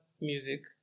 music